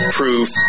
proof